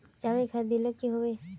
जाबे खाद दिले की होबे?